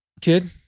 Kid